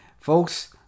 folks